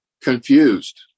confused